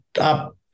up